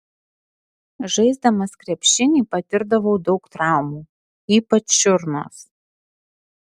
žaisdamas krepšinį patirdavau daug traumų ypač čiurnos